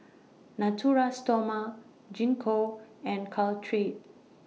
Natura Stoma Gingko and Caltrate